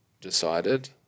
decided